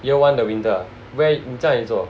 year one the winter ah where 你在那里做